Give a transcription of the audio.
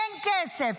אין כסף.